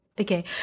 Okay